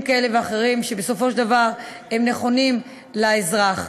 כאלה ואחרים שבסופו של דבר הם נכונים לאזרח: